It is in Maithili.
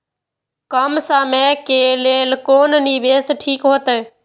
कम समय के लेल कोन निवेश ठीक होते?